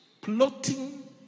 plotting